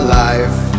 life